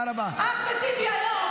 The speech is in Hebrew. אחמד טיבי היום,